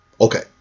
Okay